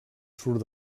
surt